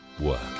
work